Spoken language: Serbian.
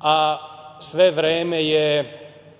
a sve vreme je